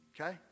Okay